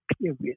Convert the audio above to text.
period